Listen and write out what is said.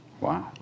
Wow